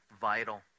vital